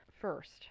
first